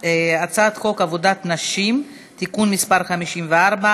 הצעת חוק עבודת נשים (תיקון מס' 54),